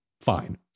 Fine